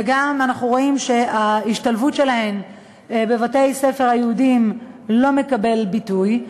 וגם אנחנו רואים שההשתלבות שלהן בבתי-הספר היהודיים לא מקבלת ביטוי.